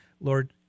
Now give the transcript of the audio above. lord